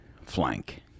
flank